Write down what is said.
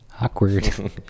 Awkward